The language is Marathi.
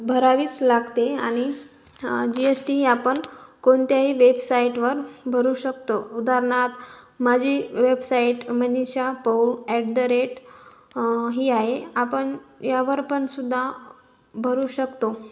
भरावीच लागते आणि जी एस टी ही आपण कोणत्याही वेबसाईटवर भरू शकतो उदाहरणार्थ माझी website Manisha Paul at the rate ही आहे आपण यावर पण सुुद्धा भरू शकतो